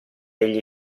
egli